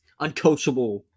uncoachable